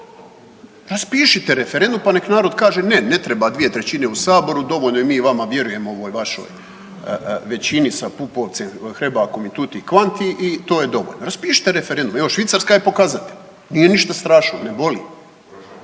Raspišite referendum pa nek narod kaže ne, ne treba dvije trećine u Saboru, dovoljno je mi vama vjerujemo ovoj vašoj većini sa Pupovcem i Hrebakom i tuti kvanti i to je dovoljno. Raspišite referendum, evo Švicarska je pokazatelj nije ništa strašno, ne boli.